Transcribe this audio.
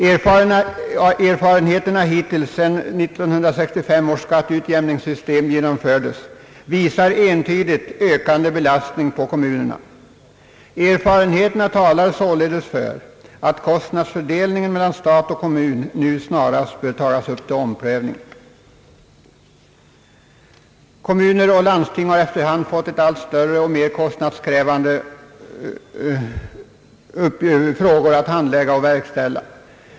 Erfarenheterna hittills, sedan 1965 års skatteutjämningssystem =: genomfördes, visar entydigt ökande belastning på kommunerna. Erfarenheterna talar således för att kostnadsfördelningen mellan stat och kommun snarast bör tas upp till omprövning. Kommuner och landsting har efter hand fått allt större och alltmer kostnadskrävande uppgifter att svara för.